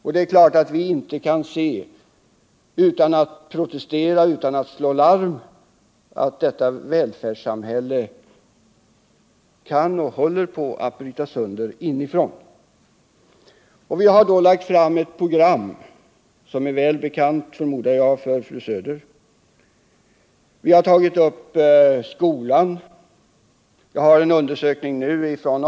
Vi kan inte utan att protestera och slå larm åse att detta välfärdssamhälle håller på att brytas sönder inifrån. Vi har lagt fram ett programförslag, som jag förmodar är väl känt för fru Söder. Vi har i programmet bl.a. tagit upp problemen på skolans område.